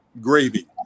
gravy